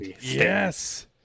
Yes